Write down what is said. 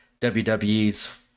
WWE's